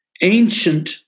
ancient